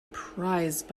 prized